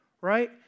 right